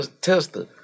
tester